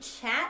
chat